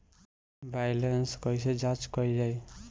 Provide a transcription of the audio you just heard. Balance कइसे जांच कइल जाइ?